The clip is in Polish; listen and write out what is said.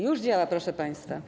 Już działa, proszę państwa.